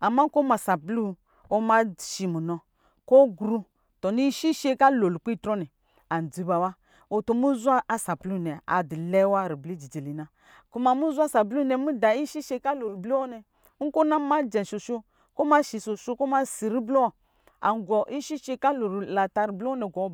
Ama nkɔ ɔma sapluu kɔ ɔ ma shi munɔ ko gru tɔ nɔ ishishe kɔ alo lukpɛ itrɔ nɛ andzi ba wa wato muzwa a sapluu nɛ adɔ lɛɛ wa nbli jijili na kuma muzɔ wa a sapluu nɛ ishishe kɔ alo ribli wɔ nɛnkɔ ɔ ma jɛn shosho kɔ ɔma shiribli wɔ angɔ oshishe kɔ alo lata ribli wɔ nɛ angɔɔ